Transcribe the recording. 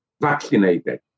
vaccinated